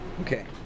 Okay